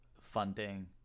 funding